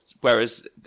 whereas